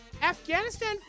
Afghanistan